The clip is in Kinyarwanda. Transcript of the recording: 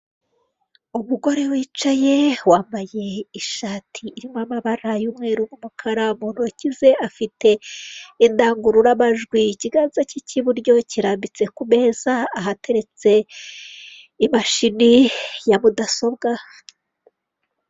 Umugore wicaye wambaye ishati irimo amabara y'umweru n'umukara, mu ntoki ze afite indangururamajwi, ikiganza ke k'iburyo kirambitse ku meza ahateretse imashini ya mudasobwa.